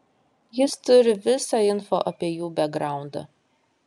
jis turi visą info apie jų bekgraundą